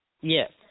Yes